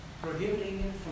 Prohibiting